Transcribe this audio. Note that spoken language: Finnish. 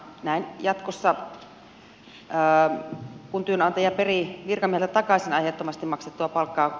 näin jatkossa myös kun työnantaja perii virkamieheltä takaisin aiheettomasti maksettua palkkaa